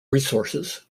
resources